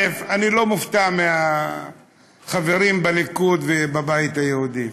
אני לא מופתע מהחברים בליכוד ובבית היהודי.